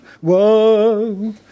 whoa